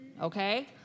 okay